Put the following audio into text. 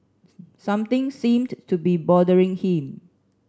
something seems to be bothering him